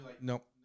nope